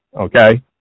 okay